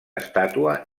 estàtua